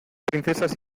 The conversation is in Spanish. princesas